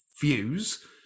views